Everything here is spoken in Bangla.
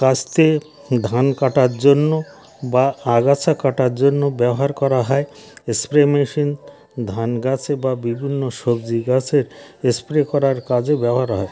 কাস্তে ধান কাটার জন্য বা আগাছা কাটার জন্য ব্যবহার করা হয় স্প্রে মেশিন ধান গাছে বা বিভিন্ন সবজি গাছের স্প্রে করার কাজে ব্যবহার হয়